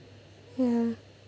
ya